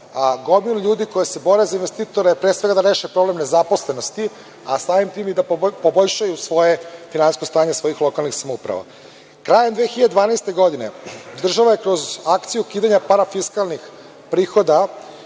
gomilu ljudi koji se bore za investitore, pre svega da reše problem nezaposlenosti, a samim tim i da poboljšaju finansijsko stanje svojih lokalnih samouprava. Krajem 2012. godine, država je kroz akciju ukidanja parafiskalnih prihoda